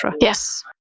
Yes